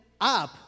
up